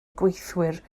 gweithwyr